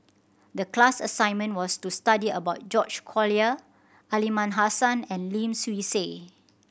the class assignment was to study about George Collyer Aliman Hassan and Lim Swee Say